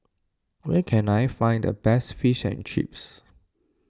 where can I find the best Fish and Chips